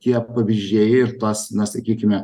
tie pavyzdžiai ir tas na sakykime